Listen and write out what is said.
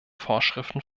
vorschriften